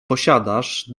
posiadasz